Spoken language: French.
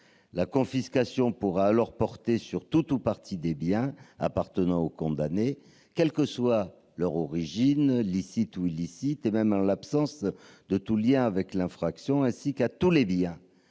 La confiscation pourra alors porter sur tout ou partie des biens appartenant au condamné, quelle que soit leur origine, licite ou illicite, même en l'absence de tout lien avec l'infraction, ainsi que sur tous les biens